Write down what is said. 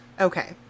okay